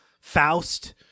Faust